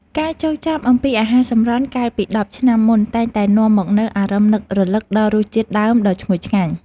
ការចងចាំអំពីអាហារសម្រន់កាលពីដប់ឆ្នាំមុនតែងតែនាំមកនូវអារម្មណ៍នឹករលឹកដល់រសជាតិដើមដ៏ឈ្ងុយឆ្ងាញ់។